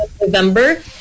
November